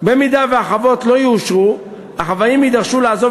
אם החוות לא יאושרו החוואים יידרשו לעזוב